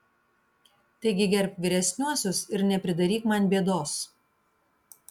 taigi gerbk vyresniuosius ir nepridaryk man bėdos